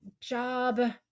job